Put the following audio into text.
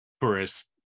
tourists